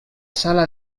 sala